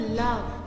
love